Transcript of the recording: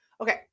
Okay